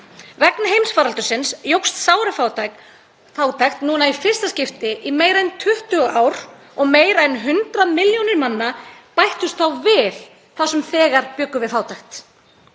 Vegna heimsfaraldursins jókst sárafátækt núna í fyrsta skipti í meira en 20 ár og meira en 100 milljónir manna bættust við þá sem þegar bjuggu við fátækt.